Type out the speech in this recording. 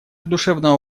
душевного